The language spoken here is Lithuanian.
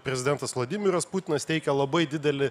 prezidentas vladimiras putinas teikia labai didelį